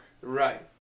Right